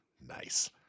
Nice